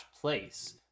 place